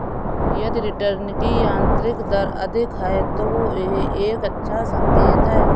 यदि रिटर्न की आंतरिक दर अधिक है, तो यह एक अच्छा संकेत है